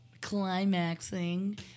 climaxing